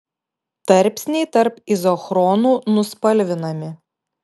tarpsniai tarp izochronų nuspalvinami